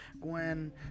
gwen